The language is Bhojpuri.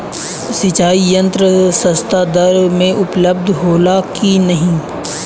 सिंचाई यंत्र सस्ता दर में उपलब्ध होला कि न?